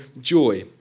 joy